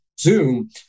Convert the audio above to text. zoom